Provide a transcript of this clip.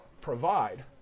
provide